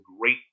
great